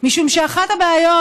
משום שאחת הבעיות